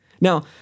Now